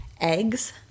Eggs